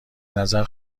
نظر